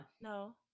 No